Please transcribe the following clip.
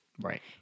right